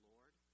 Lord